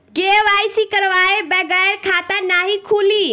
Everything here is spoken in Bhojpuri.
के.वाइ.सी करवाये बगैर खाता नाही खुली?